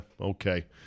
okay